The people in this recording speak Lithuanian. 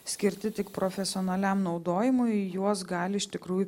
skirti tik profesionaliam naudojimui juos gali iš tikrųjų